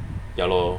ya lor